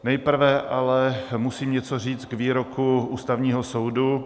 Nejprve ale musím něco říct k výroku Ústavního soudu.